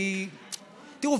תראו,